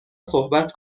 صحبت